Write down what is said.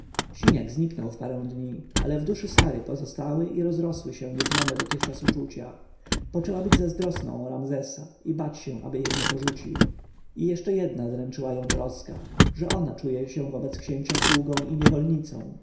zniknął w parę dni ale w duszy sary pozostały i rozrosły się nieznane dotychczas uczucia poczęła być zazdrosną o ramzesa i bać się aby jej nie porzucił i jeszcze jedna dręczyła ją troska że ona czuje się wobec księcia sługą i niewolnicą